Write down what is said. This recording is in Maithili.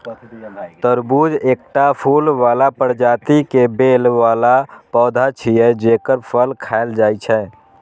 तरबूज एकटा फूल बला प्रजाति के बेल बला पौधा छियै, जेकर फल खायल जाइ छै